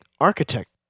architect